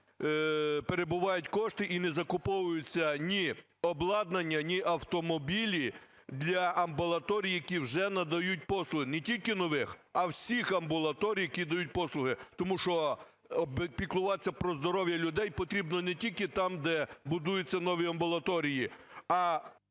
перебувають кошти і не закуповуються ні обладнання, ні автомобілі для амбулаторій, які вже надають послуги, не тільки нових, а всіх амбулаторій, які дають послуги. Тому що піклуватися про здоров'я людей потрібно не тільки там, де будуються нові амбулаторії…